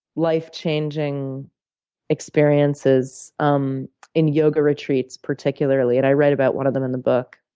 life-changing experiences um in yoga retreats particularly, and i read about one of them in the book.